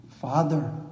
Father